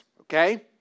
okay